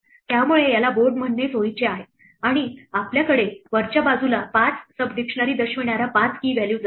त्यामुळे याला बोर्ड म्हणणे सोयीचे आहे आणि आपल्याकडे वरच्या बाजूला 5 सब डिक्शनरी दर्शविणाऱ्या 5 key व्हॅल्यूज असतील